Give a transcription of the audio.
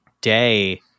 day